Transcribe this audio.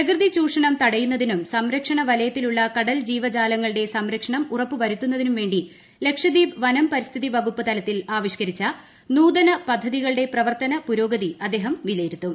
പ്രകൃതി ചൂഷണം തടയുന്നതിനും സംരക്ഷണ വലയത്തിലുള്ള കടൽ ജീവജാലങ്ങളുടെ സംരക്ഷണം ഉറപ്പ് സ്ത്രുത്തുന്നതിനും വേണ്ടി ലക്ഷദ്വീപ് വനം പരിസ്ഥിതി വകുപ്പ് ത്ലീത്തിൽ ആവിഷ്ക്കരിച്ച നൂതന പദ്ധതികളുടെ പ്രവർത്തിനു പുരോഗതി അദ്ദേഹം വിലയിരുത്തും